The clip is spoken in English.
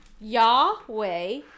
yahweh